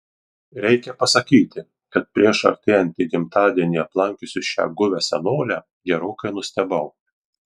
reikia pasakyti kad prieš artėjantį gimtadienį aplankiusi šią guvią senolę gerokai nustebau